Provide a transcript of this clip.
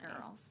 girls